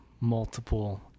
multiple